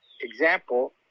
example